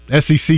SEC